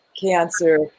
cancer